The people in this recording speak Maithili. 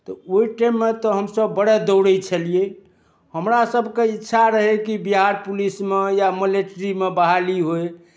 तऽ ओइहि टाइममे तऽ हमसभ बड़ाए दौड़ैत छलियै हमरा सभके इच्छा रहै कि बिहार पुलिसमे या मलेट्रीमे बहाली होय